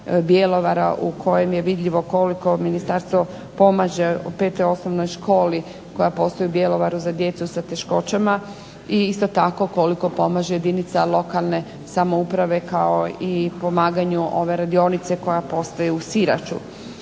Bjelovara u kojem je vidljivo koliko ministarstvo pomaže 5. osnovnoj školi koja postoji u Bjelovaru za djecu sa teškoćama i isto tako koliko pomaže jedinica lokalne samouprave kao i pomaganju ove radionice koja postoji u Siraču.